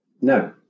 No